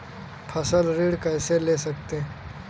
फसल ऋण कैसे ले सकते हैं?